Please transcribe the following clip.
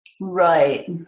Right